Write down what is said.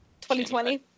2020